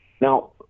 Now